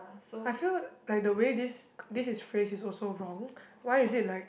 I feel like the way this this is phrase is also wrong why is it like